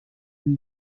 une